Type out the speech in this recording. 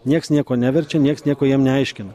nieks nieko neverčia nieks nieko jiem neaiškina